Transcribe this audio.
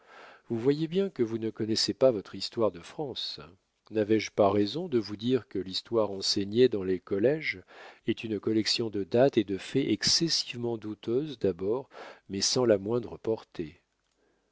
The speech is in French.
vous voyez bien que vous ne connaissez pas votre histoire de france n'avais-je pas raison de vous dire que l'histoire enseignée dans les colléges est une collection de dates et de faits excessivement douteuse d'abord mais sans la moindre portée